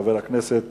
חבר הכנסת